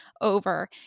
over